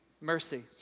mercy